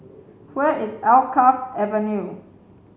where is Alkaff Avenue